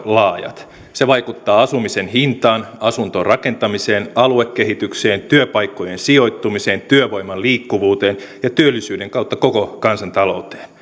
laajat se vaikuttaa asumisen hintaan asuntorakentamiseen aluekehitykseen työpaikkojen sijoittumiseen työvoiman liikkuvuuteen ja työllisyyden kautta koko kansantalouteen